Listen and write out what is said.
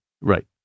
Right